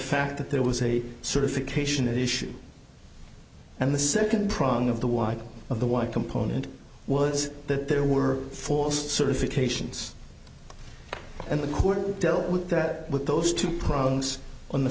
fact that there was a certification issue and the second prong of the white of the white component was that there were forced certifications and the court dealt with that with those two problems on the